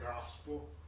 gospel